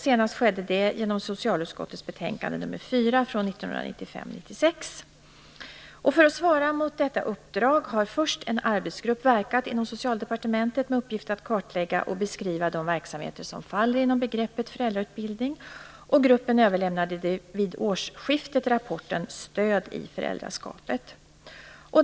Senast skedde det genom socialutskottets betänkande nr 4 För att svara mot detta uppdrag har först en arbetsgrupp verkat inom Socialdepartementet med uppgift att kartlägga och beskriva de verksamheter som faller inom begreppet föräldrautbildning. Gruppen överlämnade vid årsskiftet rapporten Stöd i föräldraskapet.